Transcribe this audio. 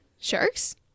Sharks